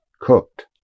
cooked